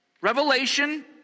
Revelation